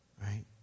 right